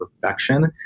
perfection